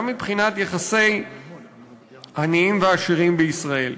גם מבחינת יחסי עניים ועשירים בישראל,